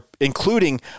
including